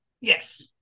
Yes